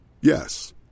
Yes